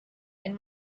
and